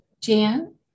Jan